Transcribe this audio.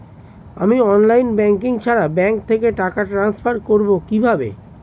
আমি online banking ছাড়া bank থেকে টাকা ট্রান্সফার করবো কিভাবে?